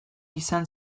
izan